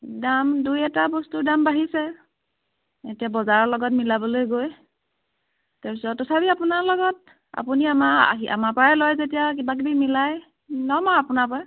দাম দুই এটা বস্তুৰ দাম বাঢ়িছে এতিয়া বজাৰৰ লগত মিলাবলৈ গৈ তাৰ পিছত তথাপি আপোনাৰ লগত আপুনি আমাৰ আহি আমাৰ পৰাই লয় যেতিয়া কিবা কিবি মিলাই লম আৰু আপোনাৰ পৰা